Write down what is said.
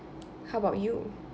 how about you